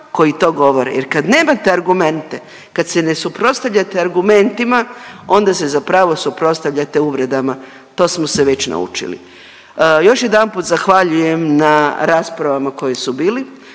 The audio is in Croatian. koji to govore jer kad nemate argumente kad se ne suprotstavljate argumentima onda se zapravo suprotstavljate uvredama. To smo se već naučili. Još jedanput zahvaljujem na raspravama koje su bili,